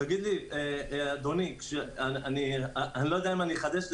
תגיד לי, אדוני, אני לא יודע אם אני אחדש לך,